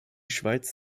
schweiz